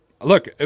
look